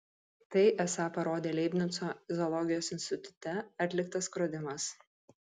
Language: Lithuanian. tai esą parodė leibnico zoologijos institute atliktas skrodimas